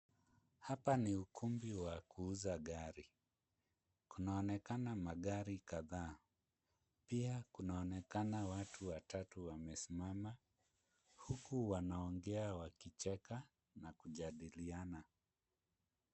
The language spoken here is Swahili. Hapa ni ukumbi wa kuuza gari. Kunaonekana magari kadhaa. Pia kunaonekana watu watatu wamesimama huku wanaongea wakicheka na kujadiliana.